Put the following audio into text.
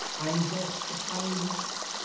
i am brought to fine uses,